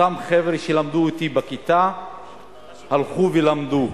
אותם חבר'ה שלמדו אתי בכיתה הלכו ולמדו,